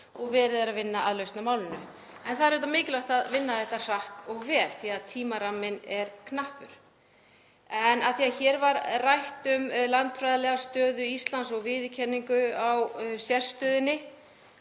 og verið er að vinna að lausn á málinu. En það er auðvitað mikilvægt að vinna þetta hratt og vel því að tímaramminn er knappur. En af því að hér var rætt um landfræðilega stöðu Íslands og viðurkenningu á sérstöðunni